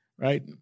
right